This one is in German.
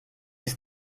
ist